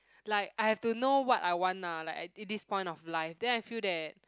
like I have to know what I want ah like at this this point of life then I feel that